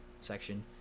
section